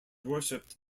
worshipped